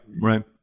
right